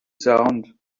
sound